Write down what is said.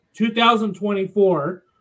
2024